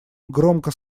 громко